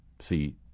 See